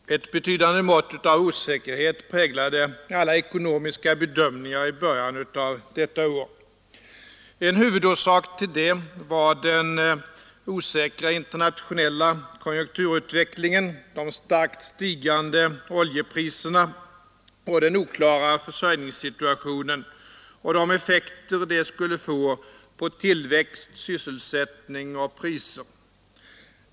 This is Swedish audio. Fru talman! Ett betydande mått av osäkerhet präglade alla ekonomiska bedömningar i början av detta år. Huvudorsaker till det var den osäkra internationella konjunkturutvecklingen, de kraftigt stigande oljepriserna och den oklara försörjningssituationen samt de effekter dessa faktorer kunde få på tillväxt, sysselsättning och priser.